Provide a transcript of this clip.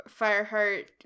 Fireheart